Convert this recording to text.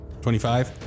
25